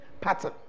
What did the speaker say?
pattern